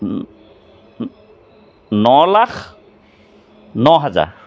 ন লাখ ন হাজাৰ